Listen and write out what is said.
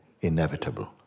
inevitable